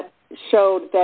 that show